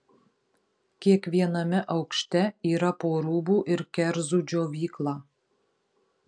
kiekviename aukšte yra po rūbų ir kerzų džiovyklą